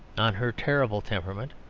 on her terrible temperament,